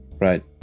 Right